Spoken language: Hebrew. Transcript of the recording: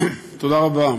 אדוני היושב-ראש, תודה רבה,